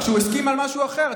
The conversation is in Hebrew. רק שהוא הסכים על משהו אחר.